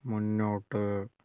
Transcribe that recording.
മുന്നോട്ട്